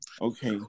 Okay